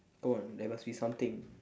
go on there must be something